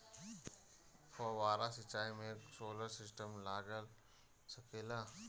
फौबारा सिचाई मै सोलर सिस्टम लाग सकेला?